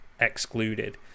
excluded